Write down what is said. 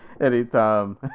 anytime